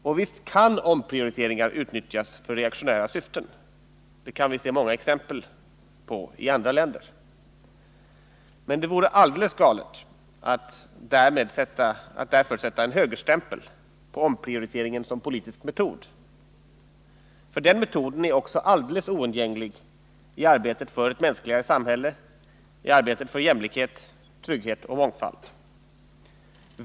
Och visst kan omprioriteringar utnyttjas för reaktionära syften, det kan vi se åtskilliga exempel på i andra länder. Men det vore alldeles galet att därför sätta en högerstämpel på omprioriteringen som politisk metod, för den metoden är också alldeles oundgänglig i arbetet för ett mänskligare samhälle, i arbetet för jämlikhet, trygghet och mångfald.